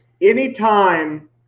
Anytime